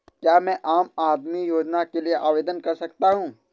क्या मैं आम आदमी योजना के लिए आवेदन कर सकता हूँ?